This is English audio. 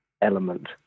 element